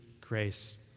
grace